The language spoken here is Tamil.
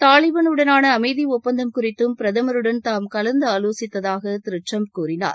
தாலிபன் உடனான அமைதி ஒப்பந்தம் குறித்தும் பிரதமருடன் தாம் கலந்தாலோசித்ததாக திரு டிரம்ப் கூறினார்